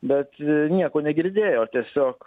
bet nieko negirdėjo tiesiog